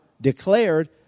declared